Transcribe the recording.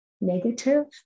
negative